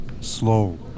slow